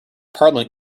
parliament